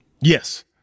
Yes